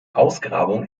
ausgrabung